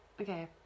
Okay